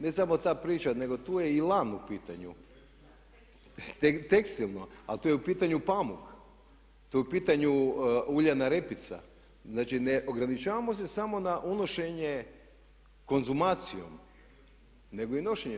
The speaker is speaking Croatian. Ne samo ta priča nego tu je i lan u pitanju, tekstilno, tu je u pitanju pamuk, tu je u pitanju uljana repica, znači ne ograničavamo se samo na unošenje konzumacijom nego i nošenjem.